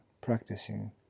practicing